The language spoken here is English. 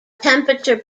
temperature